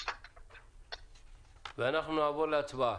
תודה ואנחנו נעבור להצבעה.